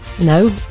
No